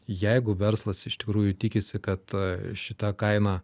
jeigu verslas iš tikrųjų tikisi kad šita kaina